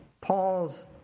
Paul's